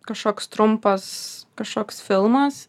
kažkoks trumpas kažkoks filmas